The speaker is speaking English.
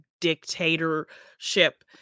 dictatorship